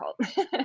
difficult